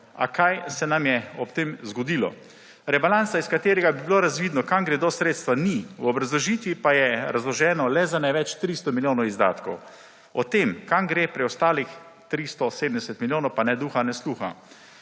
A kaj se nam je ob tem zgodilo? Rebalansa, iz katerega bi bilo razvidno, kam gredo sredstva, ni, v obrazložitvi pa je razloženo le za največ 300 milijonov izdatkov. O tem, kam gre preostalih 370 milijonov, pa ne duha ne sluha.